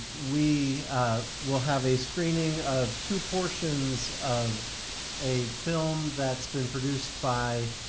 we will have a screening of two portions of a film that's been produced by